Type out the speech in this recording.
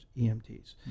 EMTs